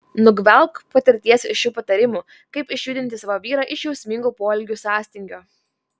nugvelbk patirties iš šių patarimų kaip išjudinti savo vyrą iš jausmingų poelgių sąstingio